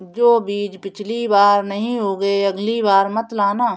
जो बीज पिछली बार नहीं उगे, अगली बार मत लाना